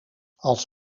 als